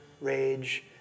rage